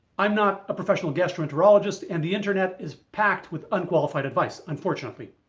i'm not a professional gastroenterologist and the internet is packed with unqualified advice unfortunately.